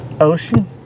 Ocean